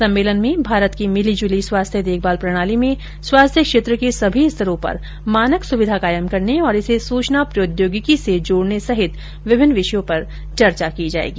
सम्मेलन में भारत की मिलीजुली स्वास्थ्य देखभाल प्रणाली में स्वास्थ्य क्षेत्र के सभी स्तरों पर मानक सुविधा कायम करने और इसे सूचना प्रौद्योगिकी से जोड़ने सहित विभिन्न विषयों पर चर्चा की जाएगी